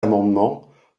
amendements